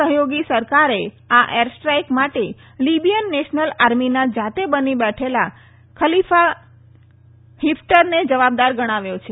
સહયોગી સરકારે આ એરસ્ટ્રાઇક માટે લીબીયન નેશનલ આર્મીના જાતે બની બેઠેલા ખલીભા હીફટરને જવાબદાર ગણાવ્યો છે